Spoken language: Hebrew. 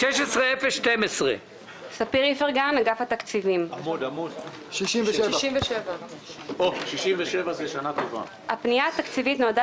בקשה מס' 16-012 בעמוד 67. הפנייה התקציבית נועדה